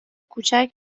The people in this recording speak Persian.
کوچک